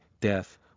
death